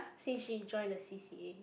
since she join the c_c_a